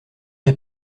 est